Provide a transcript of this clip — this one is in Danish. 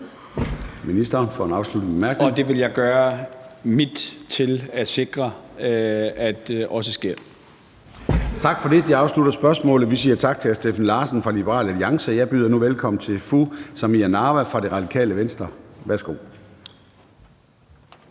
Det vil jeg gøre mit til at sikre også sker. Kl. 13:44 Formanden (Søren Gade): Tak for det. Det afslutter spørgsmålet. Vi siger tak til hr. Steffen Larsen fra Liberal Alliance. Jeg byder nu velkommen til fru Samira Nawa fra Radikale Venstre. Kl.